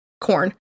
corn